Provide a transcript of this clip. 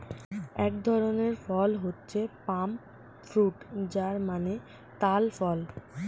এক ধরনের ফল হচ্ছে পাম ফ্রুট যার মানে তাল ফল